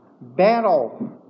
battle